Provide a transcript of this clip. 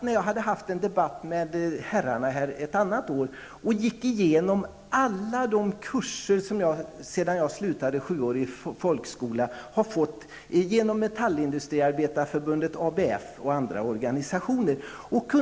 När jag under ett tidigare år hade en debatt här med herrarna gick jag igenom alla de kurser jag gått genom Metallindustriarbetareförbundet, ABF och andra organisationer efter att ha slutat sjuårig folkskola.